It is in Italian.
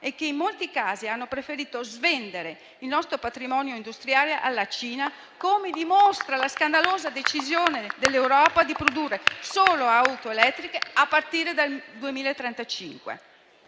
e che in molti casi hanno preferito svendere il nostro patrimonio industriale alla Cina, come dimostra la scandalosa decisione dell'Europa di produrre solo auto elettriche a partire dal 2035.